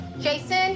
Jason